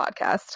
podcast